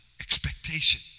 expectation